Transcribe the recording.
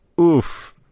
Oof